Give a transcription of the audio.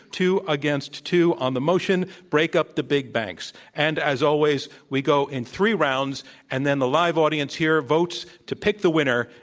two against two on the motion break up the big banks. and as always we go in three rounds and then the live audience here votes to pick the winner.